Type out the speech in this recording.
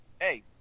Hey